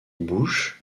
bouche